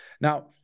Now